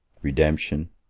redemption,